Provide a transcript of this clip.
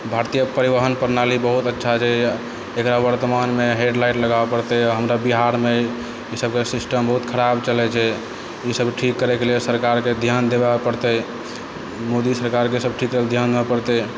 भारतीय परिवहन प्रणाली बहुत अच्छा छै एकरा वर्तमानमे हेडलाइट लगाबै पड़तै हमरा बिहारमे ई सबके सिस्टम बहुत खराब चलै छै ई सब ठीक करैके लिए सरकार के ध्यान देबै पड़तै मोदी सरकारके सब चीजके ध्यान देबै पड़तै